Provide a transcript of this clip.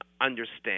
understand